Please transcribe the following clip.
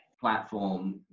platform